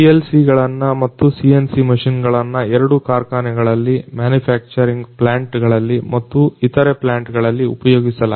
PLC ಗಳನ್ನು ಮತ್ತು CNC machine ಗಳನ್ನು ಎರಡನ್ನು ಕಾರ್ಖಾನೆಗಳಲ್ಲಿ ಮ್ಯಾನುಫ್ಯಾಕ್ಚರಿಂಗ್ ಪ್ಲಾಂಟ್ ಗಳಲ್ಲಿ ಮತ್ತು ಇತರೆ ಪ್ಲಾಂಟ್ ಗಳಲ್ಲಿ ಉಪಯೋಗಿಸಲಾಗುತ್ತದೆ